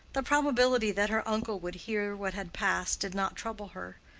the probability that her uncle would hear what had passed did not trouble her.